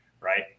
right